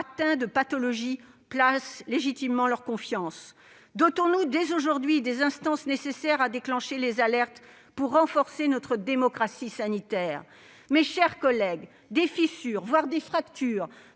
atteints de pathologies, placent légitimement leur confiance. Dotons-nous, dès aujourd'hui, des instances nécessaires à déclencher les alertes pour renforcer notre démocratie sanitaire. Des fissures, voire des fractures,